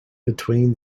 between